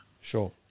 Sure